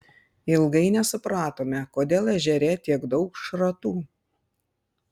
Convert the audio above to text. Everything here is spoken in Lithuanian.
ilgai nesupratome kodėl ežere tiek daug šratų